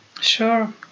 Sure